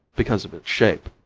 because of its shape,